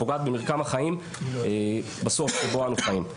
ופוגעת במרקם החיים בסוף שבו אנו חיים.